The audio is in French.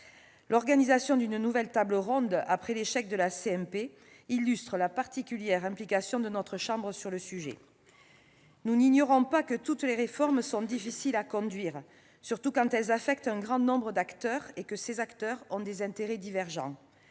L'organisation d'une nouvelle table ronde après l'échec de la commission mixte paritaire illustre la particulière implication de notre chambre sur le sujet. Nous n'ignorons pas que toutes les réformes sont difficiles à conduire, surtout quand elles affectent un grand nombre d'acteurs ayant des intérêts divergents.